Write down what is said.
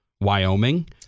Wyoming